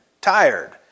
tired